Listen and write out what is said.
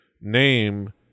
name